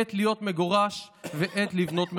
עת להיות מגורש ועת לבנות מחדש.